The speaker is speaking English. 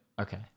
Okay